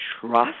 trust